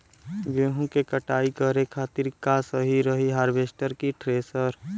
गेहूँ के कटाई करे खातिर का सही रही हार्वेस्टर की थ्रेशर?